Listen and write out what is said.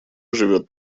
живет